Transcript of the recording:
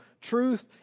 truth